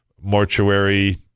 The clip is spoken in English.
mortuary